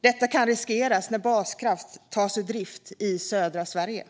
Detta kan riskeras när baskraft tas ur drift i södra Sverige.